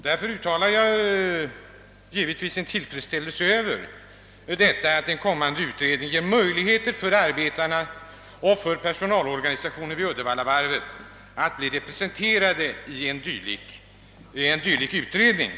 Jag uttalar därför givetvis min tillfredsställelse över att arbetarna och personalorganisationerna vid Uddevallavarvet får möjligheter att bli representerade i en kommande utredning.